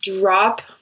drop